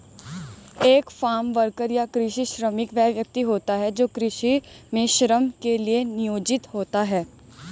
एक farm worker या कृषि श्रमिक वह व्यक्ति होता है जो कृषि में श्रम के लिए नियोजित होता है